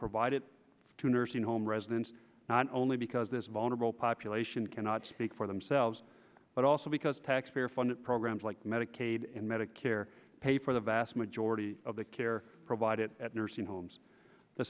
provided to a nursing home residents not only because this vulnerable population cannot speak for themselves but also because taxpayer funded programs like medicaid and medicare pay for the vast majority of the care provided at nursing homes the